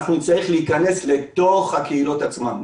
בבני ברק נצטרך להיכנס אל תוך הקהילות עצמן,